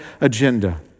agenda